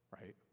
right